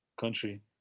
country